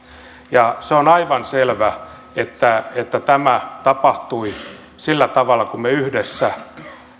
ja se on aivan selvä että tämä tapahtui sillä tavalla kuin me yhdessä